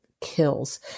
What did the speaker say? kills